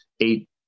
eight